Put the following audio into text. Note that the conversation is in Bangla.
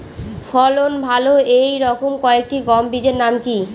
ফলন ভালো এই রকম কয়েকটি গম বীজের নাম কি?